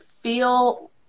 feel